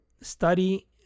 study